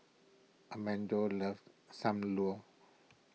Amado loves Sam Lau